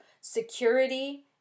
security